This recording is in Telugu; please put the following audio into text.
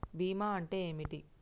బీమా అంటే ఏమిటి?